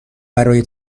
برای